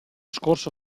scorso